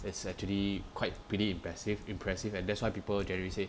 it's actually quite pretty impressive impressive and that's why people generally say